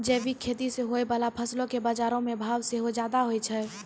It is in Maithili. जैविक खेती से होय बाला फसलो के बजारो मे भाव सेहो ज्यादा होय छै